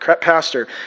pastor